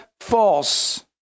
false